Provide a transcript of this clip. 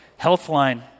Healthline